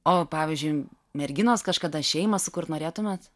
o pavyzdžiui merginos kažkada šeimą sukurt norėtumėt